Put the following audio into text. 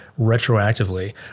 retroactively